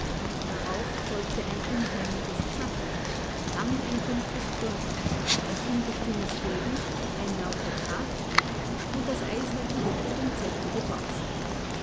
darauf folgte ein unheimliches knacken dann ein dumpfes dröhnen ein ungestümes beben ein lauter krach und das eis war dicht bei dem zelte geborsten